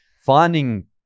finding